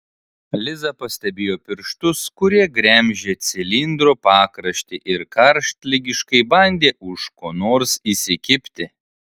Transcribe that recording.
liza pastebėjo pirštus kurie gremžė cilindro pakraštį ir karštligiškai bandė už ko nors įsikibti